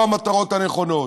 לא המטרות הנכונות.